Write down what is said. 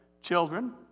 Children